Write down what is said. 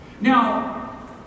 Now